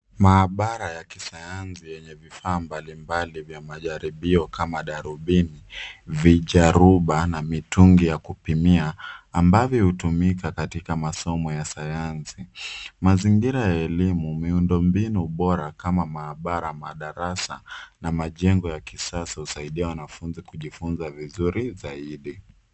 Maabara ya kisayansi yenye vifaa mbalimbali vya majaribio kama darubini, vijaruba na mitungi ya kupimia ambavyo hutumika katika masomo ya sayansi. Mazingira ya elimu miundombinu bora kama maabara, madarasa na majengo ya kisasa husaidia wanafunzi kujifunza vizuri zaidi.